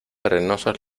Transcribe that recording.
arenosos